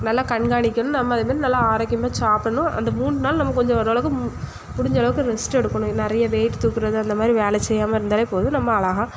நல்லா கண்காணிக்கணும் நம்ம அதுமாரி நல்லா ஆரோக்கியமாக சாப்பிடணும் அந்த மூண் நாள் நம்ம கொஞ்ச ஓரளவுக்கு மு முடிஞ்சளவுக்கு ரெஸ்ட் எடுக்கணும் நிறைய வெயிட் தூக்குறது அந்தமாதிரி வேலை செய்யாமல் இருந்தாலே போதும் நம்ம அழகா